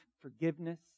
forgiveness